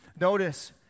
Notice